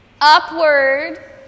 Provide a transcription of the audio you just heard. upward